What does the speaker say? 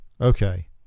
Okay